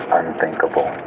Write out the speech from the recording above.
unthinkable